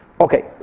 Okay